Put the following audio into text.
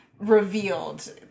revealed